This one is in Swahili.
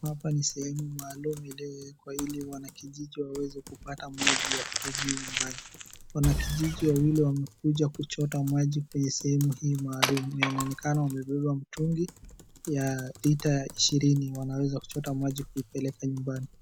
Hapa ni sehemu maalum iliyo wekwa ili wanakijiji waweze kupata maji ya kutumia nyumbani. Wanakijiji wawili wamekuja kuchota maji kwenye sehemu hii maalum na inaonekana wamebeba mtungi, ya lita ishirini. Wanaweza kuchota maji kuipeleka nyumbani.